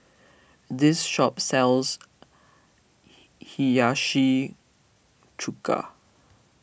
this shop sells Hiyashi Chuka